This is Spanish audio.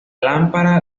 lámpara